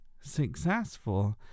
successful